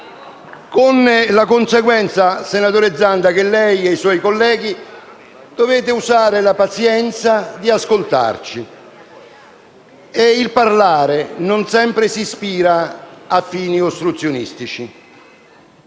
Con la conseguenza, senatore Zanda, che lei e i suoi colleghi dovete usare la pazienza di ascoltarci; e il parlare non sempre si ispira a fini ostruzionistici.